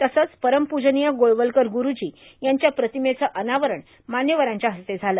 तसंच परमपूजनीय गोळवलकर गुरूजी यांच्या प्रतिमेचं अनावरण मान्यवरांच्या हस्ते झालं